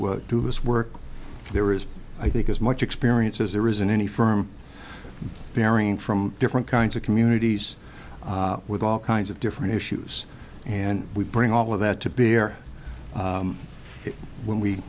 who do this work there is i think as much experience as there isn't any firm varying from different kinds of communities with all kinds of different issues and we bring all of that to beer when we